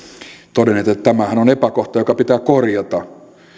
todenneet että tämähän on epäkohta joka pitää korjata